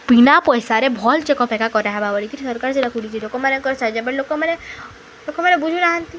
ବିନା ପଇସାରେ ଭଲ୍ ଚେକ୍ ଅପ୍ କରା ହେବା କିନ୍ତୁ ସରକାର ସେଟା ଖୋଲିଛି ଲୋକମାନେ କରି ବଟ୍ ଲୋକମାନେ ଲୋକମାନେ ବୁଝୁନାହାନ୍ତି